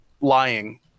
lying